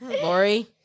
Lori